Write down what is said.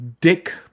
dick